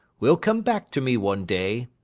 will come back to me one day,